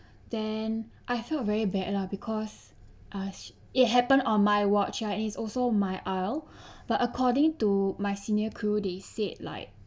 then I felt very bad lah because ah it happened on my watch and it's also my I but according to my senior crew they said like